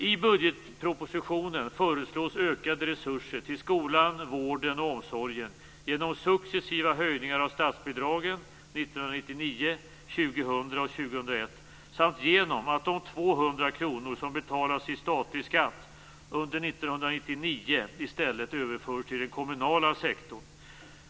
I budgetpropositionen föreslås ökade resurser till skolan, vården och omsorgen genom successiva höjningar av statsbidragen 1999, 2000 och 2001 samt genom att de 200 kr som betalas i statlig skatt under 1999 i stället överförs till den kommunala sektorn.